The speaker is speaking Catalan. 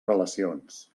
relacions